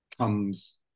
comes